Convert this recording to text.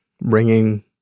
bringing